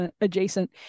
adjacent